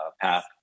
path